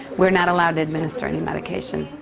we're not allowed to administer any medication.